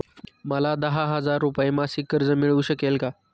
मला दहा हजार रुपये मासिक कर्ज मिळू शकेल का?